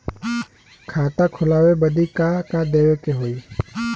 खाता खोलावे बदी का का देवे के होइ?